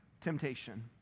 temptation